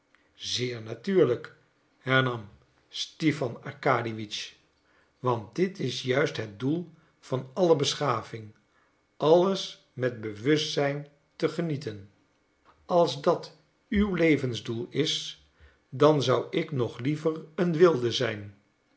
zeer natuurlijk hernam stipan arkadiewitsch want dit is juist het doel van alle beschaving alles met bewustzijn te genieten als dat uw levensdoel is dan zou ik nog liever een wilde zijn